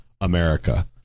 America